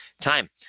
time